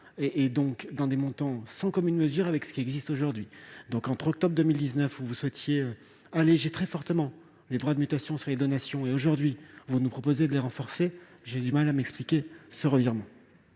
qui représente des montants sans commune mesure avec ce qui existe aujourd'hui. Entre octobre 2019, où vous souhaitiez alléger très fortement les droits de mutation sur les donations, et aujourd'hui, où vous nous proposez de les renforcer, j'ai du mal à m'expliquer ce revirement.